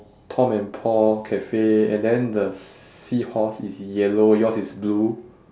tom and paul cafe and then the seahorse is yellow yours is blue